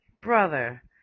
brother